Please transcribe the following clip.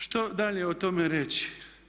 Što dalje o tome reći?